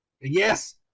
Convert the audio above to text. Yes